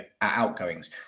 outgoings